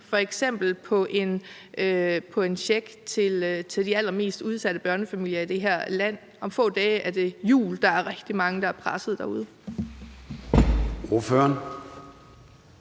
f.eks. på en check til de allermest udsatte børnefamilier i det her land? Om få dage er det jul, og der er rigtig mange, der er pressede derude.